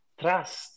trust